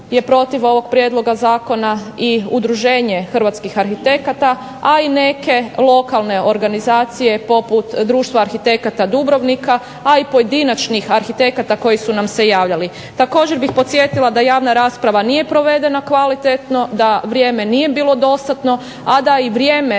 Komora arhitekata je protiv ovog prijedloga zakona i Udruženje hrvatskih arhitekata, a i neke lokalne organizacije poput Društva arhitekata Dubrovnika,a i pojedinačnih arhitekata koji su nam se javljali. Također bih podsjetila da javna rasprava nije provedena kvalitetno, da vrijeme nije bilo dostatno, a da i vrijeme